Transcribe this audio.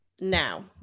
now